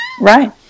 Right